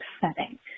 setting